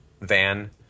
van